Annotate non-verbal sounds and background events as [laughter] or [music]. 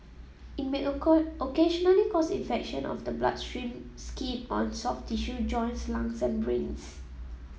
it may [unintelligible] occasionally cause infection of the bloodstream skin on soft tissue joints lungs and brains